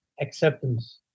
Acceptance